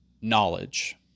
knowledge